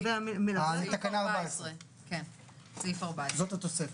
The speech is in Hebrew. זאת התוספת.